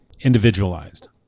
individualized